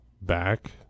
back